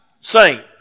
saint